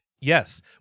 yes